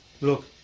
Look